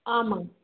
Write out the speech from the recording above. ஆமாம்